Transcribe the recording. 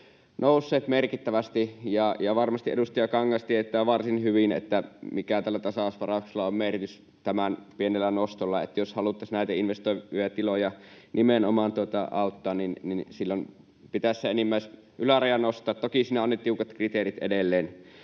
nousseet merkittävästi, ja varmasti edustaja Kangas tietää varsin hyvin, mikä tämän tasausvarauksen pienen noston merkitys on. Jos haluttaisiin nimenomaan näitä investoivia tiloja auttaa, niin silloin pitäisi sitä ylärajaa nostaa. Toki siinä on ne tiukat kriteerit edelleen